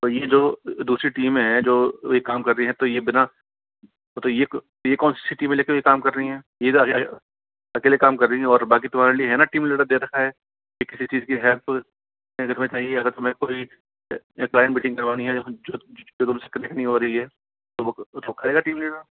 ये जो दूसरी टीम है जो ये काम कर रही है तो ये बिना ये कौन सी सिटी में लेके ये काम कर रही है ये अकेले काम कर रही है और बाकी तुम्हारे लिए है ना टीम लीडर दे रखा है कि किसी चीज की हेल्प अगर तुम्हें चाहिए अगर तुम्हें कोई एम्प्लोई मीटिंग करवानी है जो तुमसे कनेक्ट नहीं हो रही है तो वो करेगा टीम लीडर